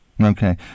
okay